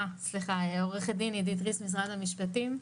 עורכת דין --- משרד המשפטים,